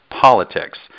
politics